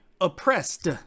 Oppressed